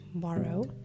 tomorrow